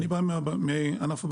אני בא מענף הבנקאות.